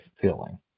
feeling